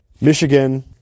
Michigan